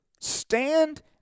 stand